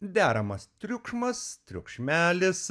deramas triukšmas triukšmelis